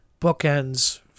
bookends